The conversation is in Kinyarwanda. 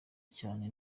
cyane